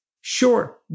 sure